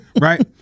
Right